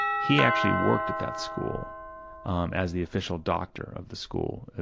he actually worked at that school um as the official doctor of the school,